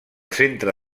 centre